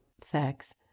sex